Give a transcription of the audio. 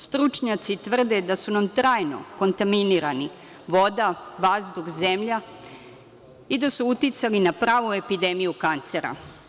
Stručnjaci tvrde da su nam trajno kontaminirani voda, vazduh, zemlja i da su uticali na pravu epidemiju kancera.